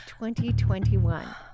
2021